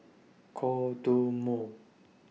Kodomo